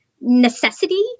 necessity